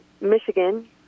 Michigan